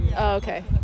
Okay